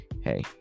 Hey